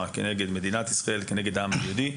כנגד מדינת ישראל וכנגד העם היהודי.